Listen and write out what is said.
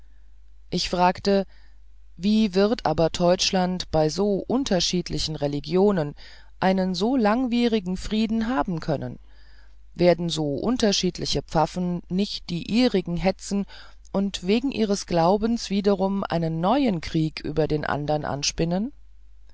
ich fragte wie wird aber teutschland bei so unterschiedlichen religionen einen so langwierigen frieden haben können werden so unterschiedliche pfaffen nicht die ihrige hetzen und wegen ihres glaubens wiederum einen neuen krieg über den andern anspinnen